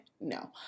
No